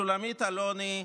שולמית אלוני,